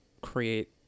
create